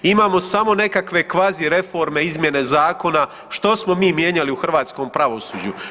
Imamo samo nekakve kvazireforme, izmjene zakona, što smo mi mijenjali u hrvatskom pravosuđu?